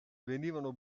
venivano